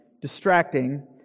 distracting